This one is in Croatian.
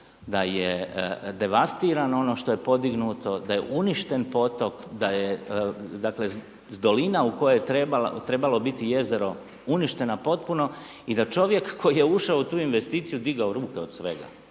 da je devastirano ono što je podignuto, da je uništen potok, da je dakle dolina u kojoj je trebalo biti jezero uništena potpuno i da čovjek koji je ušao u tu investiciju digao ruke od svega